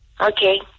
Okay